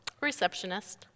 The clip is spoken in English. receptionist